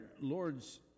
Lord's